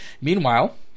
Meanwhile